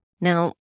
Now